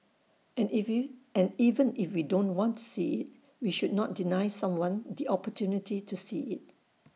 and and even if we don't want to see IT we should not deny someone the opportunity to see IT